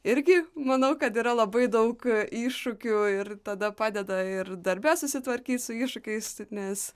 irgi manau kad yra labai daug iššūkių ir tada padeda ir darbe susitvarkyt su iššūkiais nes